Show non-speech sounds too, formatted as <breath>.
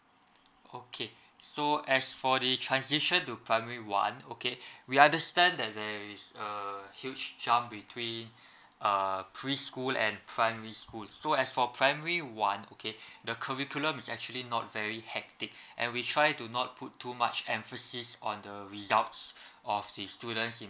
okay so as for the transition to primary one okay we understand that there is a huge charm between <breath> uh pre school and primary school so as for primary one okay the curriculum is actually not very hectic and we try to not put too much emphasis on the results of the students in